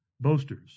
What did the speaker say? boasters